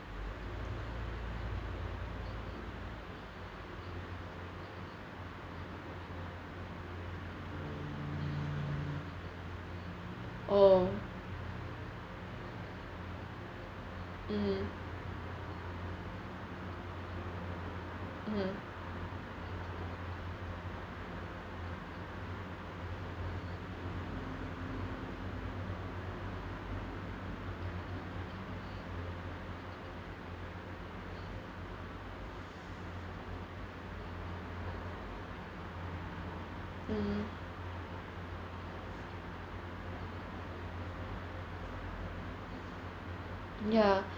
oh mmhmm mmhmm mmhmm ya